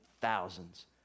thousands